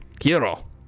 hero